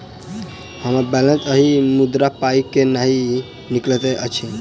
हम्मर बैलेंस अछि मुदा पाई केल नहि निकलैत अछि?